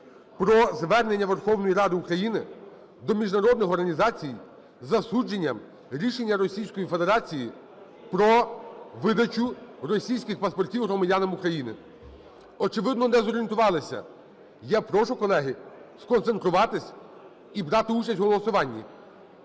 про звернення Верховної Ради України до міжнародних організацій з засудженням рішення Російської Федерації про видачу російських паспортів громадянам України. Очевидно, не зорієнтувалися. Я прошу, колеги, сконцентруватись і брати участь в голосуванні.